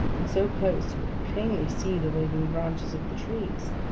and so close that we could plainly see the waving branches of the trees.